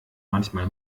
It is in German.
manchmal